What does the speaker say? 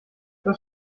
was